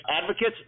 advocates